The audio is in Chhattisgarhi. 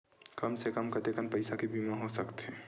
कम से कम कतेकन पईसा के बीमा हो सकथे?